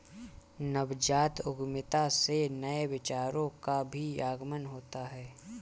नवजात उद्यमिता से नए विचारों का भी आगमन होता है